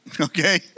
okay